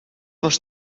was